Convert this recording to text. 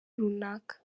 runaka